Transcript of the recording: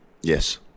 Yes